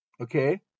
Okay